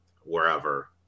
wherever